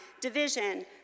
division